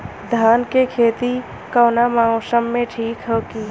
धान के खेती कौना मौसम में ठीक होकी?